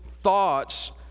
thoughts